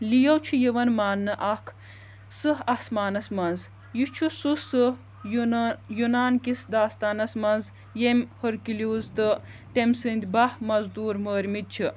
لِیو چھُ یِوان مانٛنہٕ اَکھ سٕہہ اَسمانَس منٛز یہِ چھُ سُہ سٕہہ یُنا یُنانکِس داستانَس منٛز ییٚمۍ ۂرکِلیوٗز تہٕ تٔمۍ سٕنٛد بَہہ مَزدوٗر مٲرۍمٕتۍ چھِ